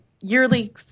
yearly